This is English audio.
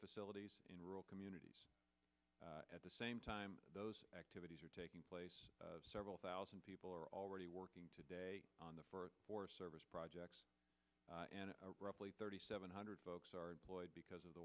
facilities in rural communities at the same time those activities are taking place several thousand people are already working today on the floor for service projects and roughly thirty seven hundred folks are employed because of the